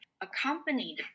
accompanied